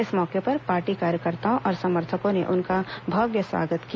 इस मौके पर पार्टी कार्यकर्ताओं और समर्थकों ने उनका भव्य स्वागत किया